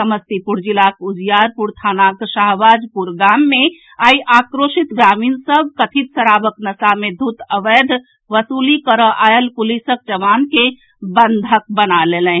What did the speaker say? समस्तीपुर जिलाक उजियारपुर थानाक शाहबाजपुर गाम मे आइ आक्रोशित ग्रामीण सभ कथित शराबक नशा मे धुत अवैध वसूली करय आयल पुलिसक जवान के बंधक बना लेलनि